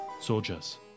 Soldiers